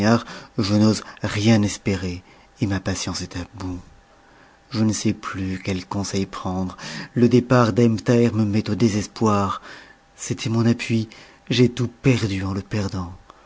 je n'ose rien espérer et ma patience est à bout je ne sais plus quel conseil prendre le départ d'ebn thaher me met au désespoir c'était mon appui j'ai tout perdu en le perdant